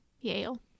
Yale